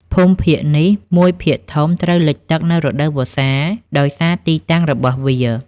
ភូមិភាគនេះមួយភាគធំត្រូវលិចទឹកនៅរដូវវស្សា ដោយសារទីតាំងរបស់វា។